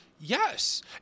Yes